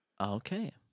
Okay